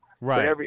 Right